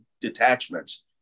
detachments